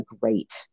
great